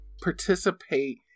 participate